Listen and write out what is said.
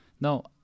No